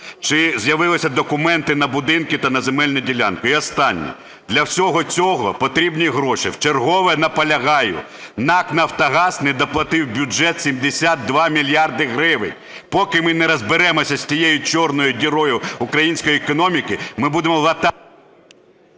Чи з'явилися документи на будинки та на земельні ділянки? І останнє. Для всього цього потрібні гроші. Вчергове наполягаю, НАК "Нафтогаз" не доплатив у бюджет 72 мільярди гривень. Поки ми не розберемося з цією чорною дірою української економіки, ми будемо латати…